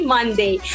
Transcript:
Monday